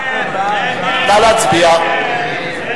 נא להצביע.